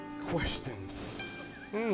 questions